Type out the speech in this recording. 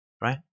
right